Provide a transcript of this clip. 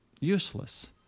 Useless